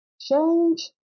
change